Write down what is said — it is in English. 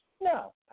No